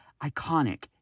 iconic